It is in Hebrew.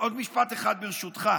עוד משפט אחד, ברשותך.